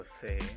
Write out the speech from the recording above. say